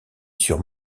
sur